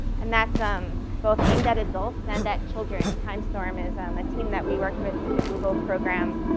and that's um both aimed at adults and at children. time storm is um a team that we worked with through the google program.